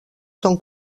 són